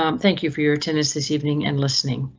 um thank you for your attendance this evening and listening.